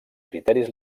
criteris